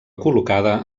col·locada